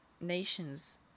nations